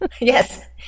Yes